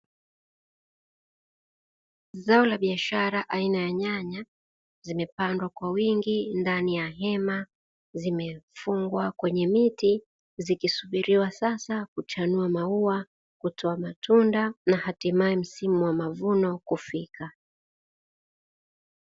Zao la biashara aina ya nyanya zimepandwa kwa wingi ndani ya hema zimefungwa kwenye miti, zikisubiriwa sasa kuchanua maua kutoa matunda na hatimaye msimu wa mavuno kufika.